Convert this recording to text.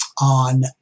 on